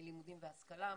לימודים והשכלה,